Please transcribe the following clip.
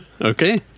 Okay